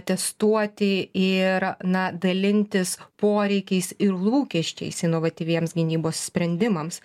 testuoti ir na dalintis poreikiais ir lūkesčiais inovatyviems gynybos sprendimams